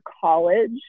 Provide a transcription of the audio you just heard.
college